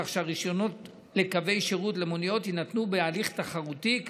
כך שהרישיונות לקווי שירות למוניות יינתנו בהליך תחרותי,